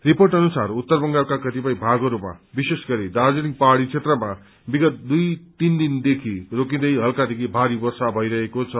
report अनुसार उत्तर बंगालका कतिपय भागहरूमा विशेष गरी दार्जीलिङ पहाड़ी क्षेत्रमा विगत दुइ तीन दिनदेखि रोकिन्दै हल्कादेखि भारी वर्षा भइरहेको छ